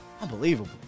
Unbelievable